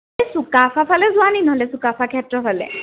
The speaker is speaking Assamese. এই চুকাফাফালে যোৱানি নহ'লে চুকাফা ক্ষেত্ৰফালে